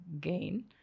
gain